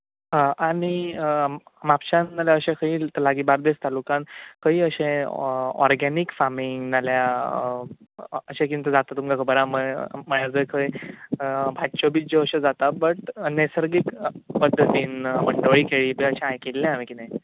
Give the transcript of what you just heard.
आनी म्हापश्यांत ना जाल्यार अशें खंयीय लागीं बार्देज तालुकांत खंयीय अशें ऑर्गेनीेक फार्मिंग ना जाल्यार अशें कितें जाता हें तुमकां खबर आसा म्हणल्यार जंय भाज्यो बिज्यो अश्यो जाता बट पद्दतीन मंडोळी केळें अशें आयकिल्लें हांवें कितें